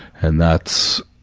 and that's,